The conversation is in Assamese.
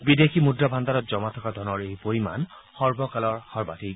বিদেশী মুদ্ৰা ভাণ্ডাৰত জমা থকা ধনৰ এই পৰিমাণ সৰ্বকালৰ সৰ্বাধিক